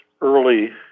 early